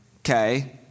Okay